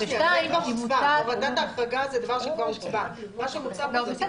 שניים, אם הוטל --- זה כבר הוסכם.